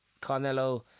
Carnelo